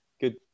Good